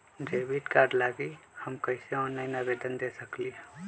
Debit card लागी हम कईसे ऑनलाइन आवेदन दे सकलि ह?